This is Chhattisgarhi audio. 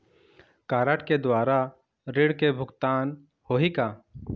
कारड के द्वारा ऋण के भुगतान होही का?